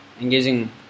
engaging